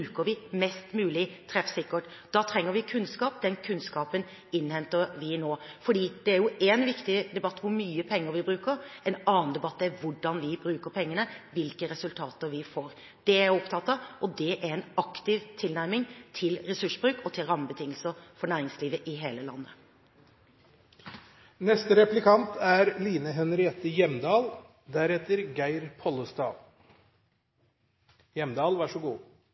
bruker vi mest mulig treffsikkert. Da trenger vi kunnskap, og den kunnskapen innhenter vi nå. For én viktig debatt er jo hvor mye penger vi bruker; en annen debatt er hvordan vi bruker pengene, hvilke resultater vi får. Det er jeg opptatt av, og det er en aktiv tilnærming til ressursbruk og til rammebetingelser for næringslivet i hele landet.